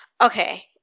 Okay